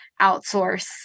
outsource